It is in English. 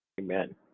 Amen